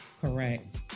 Correct